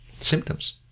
symptoms